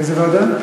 איזה ועדה?